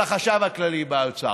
של החשב הכללי באוצר.